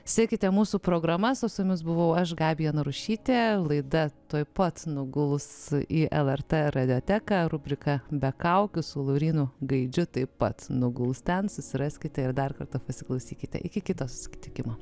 sekite mūsų programas o su jumis buvau aš gabija narušytė laida tuoj pat nuguls į lrt radioteką rubrika be kaukių su laurynu gaidžiu taip pat nuguls ten susiraskite ir dar kartą pasiklausykite iki kito suskitikimo